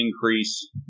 increase